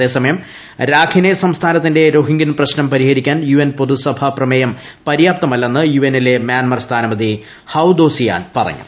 അതേസമയം രാഖിനെ സംസ്ഥാനത്തിന്റെ രോഹിംഗ്യൻ പ്രശ്നം പരിഹരിക്കാൻ യു എൻ പൊതുസഭാ പ്രമേയം പര്യാപ്തമല്ലെന്ന് യു എന്നിലെ മ്യാൻമർ സ്ഥാനപതി ഹൌ ദോ സിയാൻ പറഞ്ഞു